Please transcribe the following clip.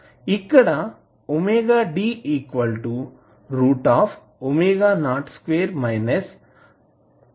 ఇక్కడ అవుతుంది